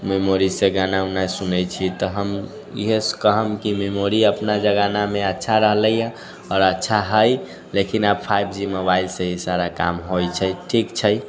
मेमोरीसँ गाना उना सुनै छियै तऽ हम इहे कहम कि मेमोरी अपना जमानामे अच्छा रहलै यऽ आओर अच्छा हय लेकिन आब फाइव जी मोबाइलसँ ही सारा काम होइ छै ठीक छै